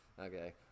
okay